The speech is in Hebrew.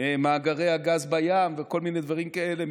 מאגרי הגז בים וכל מיני דברים כאלה.